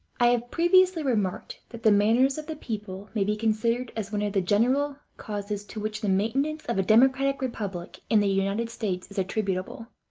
i have previously remarked that the manners of the people may be considered as one of the general causes to which the maintenance of a democratic republic in the united states is attributable.